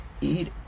eat